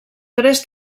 tres